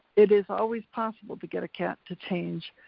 it is always possible to get a cat to change